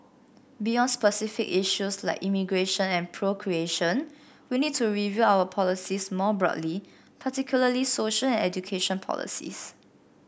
beyond specific issues like immigration and procreation we need to review our policies more broadly particularly social and education policies